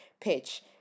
pitch